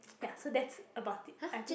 ya that's about it I think